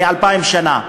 מלפני אלפיים שנה,